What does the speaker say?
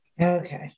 Okay